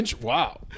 Wow